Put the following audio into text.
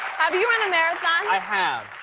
have you run a marathon? i have.